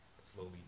slowly